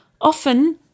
often –